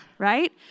right